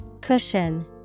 Cushion